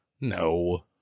No